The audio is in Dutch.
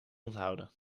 onthouden